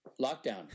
Lockdown